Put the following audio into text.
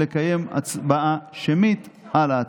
לקיים הצבעה שמית על ההצעה.